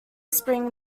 spring